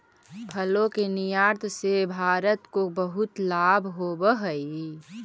फलों के निर्यात से भारत को बहुत लाभ होवअ हई